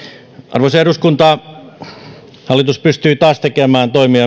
arvoisa eduskunta hallitus pystyi taas tekemään toimia